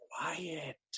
quiet